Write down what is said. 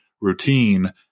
routine